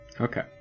Okay